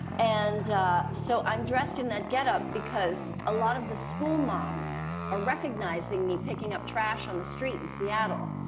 and so i am dressed in that get up because a l of the school moms are recognizing me picking up trash on the street in seattle.